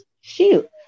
shoot